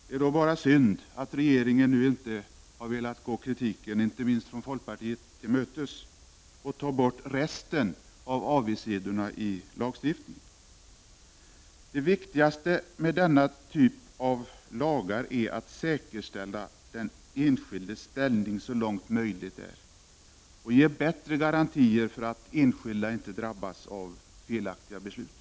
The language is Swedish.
Det är bara synd att regeringen nu inte har velat gå kritikerna — och då inte minst folkpartiet — till mötes och ta bort resten av avigsidorna i lagstiftningen. Det viktigaste med denna typ av lagar är att säkerställa den enskildes ställning så långt som möjligt och att ge bättre garantier för att enskilda inte skall drabbas av felaktiga beslut.